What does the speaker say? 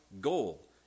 goal